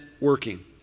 working